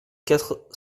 quatre